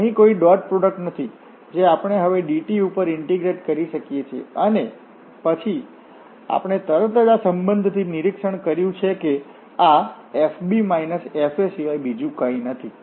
અહીં કોઈ dot product નથી જે આપણે હવે dt ઉપર ઇન્ટીગ્રેટ કરી શકીએ છીએ અને પછી અમે તરત જ આ સંબંધથી નિરીક્ષણ કર્યું છે કે આ fb f સિવાય બીજું કંઈ નથી